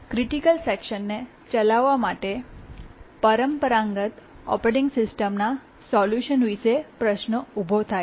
critical સેકશનને ચલાવવા માટે પરંપરાગત ઓપરેટિંગ સિસ્ટમના સોલ્યુશન વિશે પ્રશ્ન ઉભો થાય છે